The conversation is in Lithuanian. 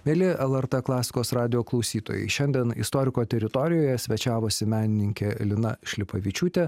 mieli lrt klasikos radijo klausytojai šiandien istoriko teritorijoje svečiavosi menininkė lina šlepavičiūtė